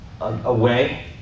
away